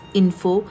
info